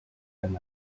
and